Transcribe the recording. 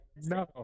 No